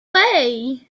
hey